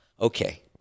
Okay